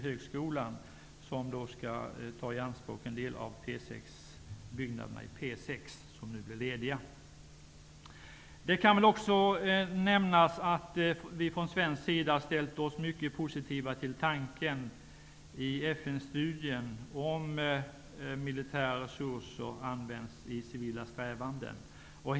Högskolan skall nämligen ta i anspråk en del av byggnaderna på P 6 som nu blir lediga. Jag kan också nämna att vi från svensk sida har ställt oss mycket positiva till tanken i FN-studien om att militära resurser används i civila strävanden.